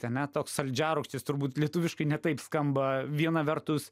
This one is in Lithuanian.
ane toks saldžiarūgštis turbūt lietuviškai ne taip skamba viena vertus